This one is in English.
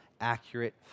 accurate